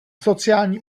sociální